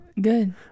Good